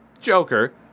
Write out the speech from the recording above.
Joker